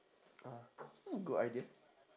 ah good idea